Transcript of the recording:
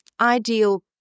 ideal